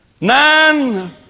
Nine